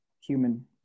human